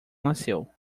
nasceu